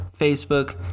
Facebook